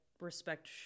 respect